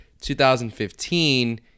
2015